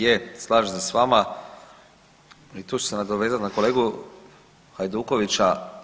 Je, slažem se s vama i tu ću se nadovezat na kolegu Hajdukovića.